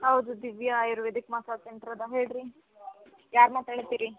ಹೌದು Divya ayurvedic massage centre ಅದ ಹೇಳ್ರೀ ಯಾರು ಮಾತಾಡ್ಲತ್ತಿರಿ